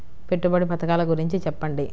పెట్టుబడి పథకాల గురించి చెప్పండి?